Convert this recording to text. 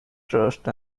trust